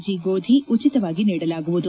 G ಗೋಧಿ ಉಚಿತವಾಗಿ ನೀಡಲಾಗುವುದು